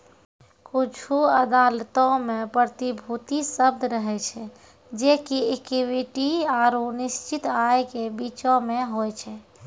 कुछु अदालतो मे प्रतिभूति शब्द रहै छै जे कि इक्विटी आरु निश्चित आय के बीचो मे होय छै